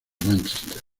mánchester